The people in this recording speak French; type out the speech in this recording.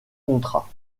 contrat